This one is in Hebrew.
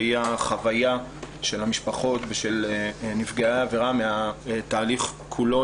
והיא החוויה של המשפחות ושל נפגעי העבירה מהתהליך כולו,